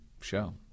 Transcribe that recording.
show